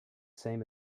same